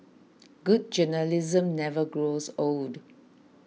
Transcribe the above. good journalism never grows old